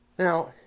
Now